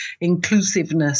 inclusiveness